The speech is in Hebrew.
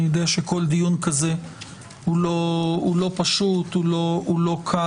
אני יודע שכל דיון כזה הוא לא פשוט, הוא לא קל.